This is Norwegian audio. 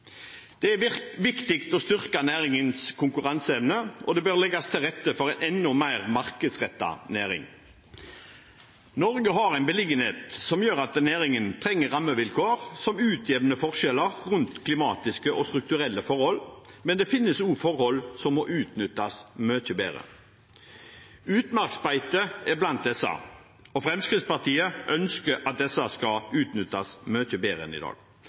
mat. Det er viktig å styrke næringens konkurranseevne, og det bør legges til rette for en enda mer markedsrettet næring. Norge har en beliggenhet som gjør at næringen trenger rammevilkår som utjevner forskjeller i klimatiske og strukturelle forhold, men det finnes også forhold som må utnyttes mye bedre. Utmarksbeite er blant disse, og Fremskrittspartiet ønsker at disse skal utnyttes mye bedre enn i dag.